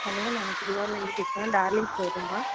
hello நாங்கள் திருவார்லேந்து பேசுகிறோம் டார்லிங் ஸ்டோர்ரூமா